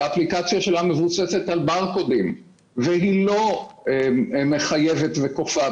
שהאפליקציה שלה מבוססת על ברקודים והיא לא מחייבת וכופה,